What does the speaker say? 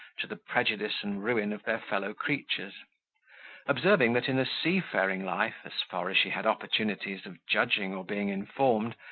to the prejudice and ruin of their fellow-creatures observing that in a seafaring life, as far as she had opportunities of judging or being informed,